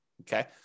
Okay